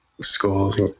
schools